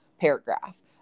paragraph